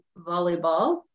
volleyball